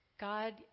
God